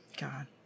God